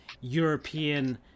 European